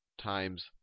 times